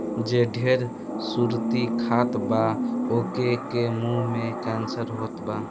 जे ढेर सुरती खात बा ओके के मुंहे के कैंसर होत बाटे